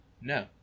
No